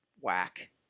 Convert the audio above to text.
whack